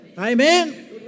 Amen